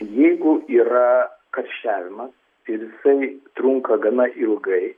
jeigu yra karščiavimas ir jisai trunka gana ilgai